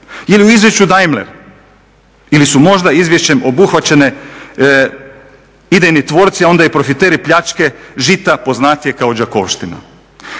li u Izvješću Daimler ili su možda izvješćem obuhvaćene idejni tvorci, a onda i profiteri pljačke žita poznatijeg kao Đakovština.